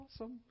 awesome